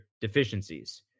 deficiencies